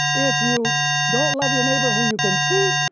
if you don't love your neighbor who you can see,